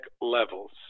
levels